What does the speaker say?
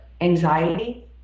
anxiety